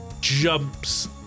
jumps